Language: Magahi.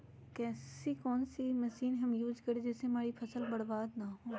ऐसी कौन सी मशीन हम यूज करें जिससे हमारी फसल बर्बाद ना हो?